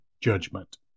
judgment